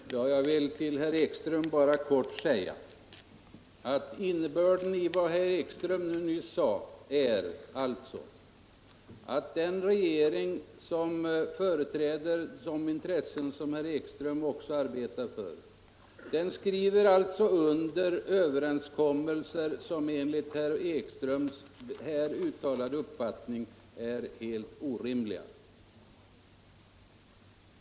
Herr talman! Jag vill till herr Ekström bara kort säga att innebörden i vad herr Ekström nyss sade är att regeringen, som företräder de intressen som herr Ekström också arbetar för, skriver under överenskommelser som enligt herr Ekströms här uttalade uppfattning är helt orimliga.